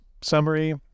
summary